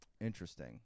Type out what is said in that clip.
Interesting